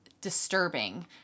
disturbing